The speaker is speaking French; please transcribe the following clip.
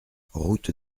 route